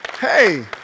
Hey